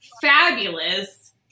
fabulous